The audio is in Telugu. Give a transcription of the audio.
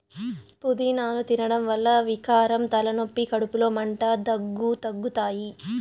పూదినను తినడం వల్ల వికారం, తలనొప్పి, కడుపులో మంట, దగ్గు తగ్గుతాయి